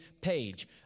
page